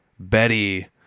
Betty